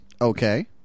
Okay